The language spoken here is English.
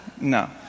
No